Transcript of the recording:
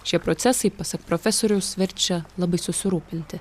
šie procesai pasak profesoriaus verčia labai susirūpinti